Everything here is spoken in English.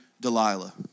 Delilah